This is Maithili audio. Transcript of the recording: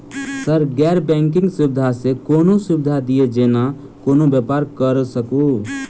सर गैर बैंकिंग सुविधा सँ कोनों सुविधा दिए जेना कोनो व्यापार करऽ सकु?